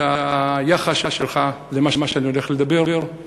ואת היחס שלך למה שאני הולך לדבר עליו,